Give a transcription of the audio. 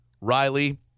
Riley